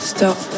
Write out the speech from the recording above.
Stop